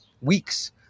weeks